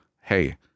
Hey